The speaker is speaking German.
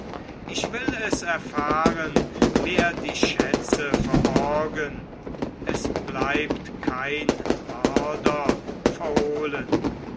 ich will es erfahren wer die schätze verborgen es bleibt kein mörder verhohlen